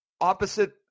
opposite